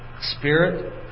spirit